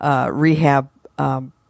rehab